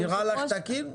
נראה לך תקין?